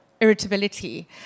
irritability